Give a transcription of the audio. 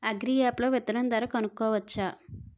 Agri app లో విత్తనం ధర కనుకోవచ్చా?